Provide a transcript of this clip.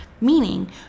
Meaning